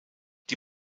die